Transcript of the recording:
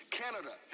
canada